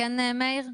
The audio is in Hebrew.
כן, מאיר?